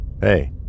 Hey